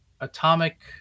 atomic